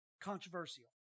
Controversial